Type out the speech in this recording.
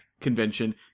convention